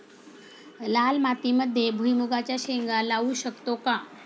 लाल मातीमध्ये भुईमुगाच्या शेंगा लावू शकतो का?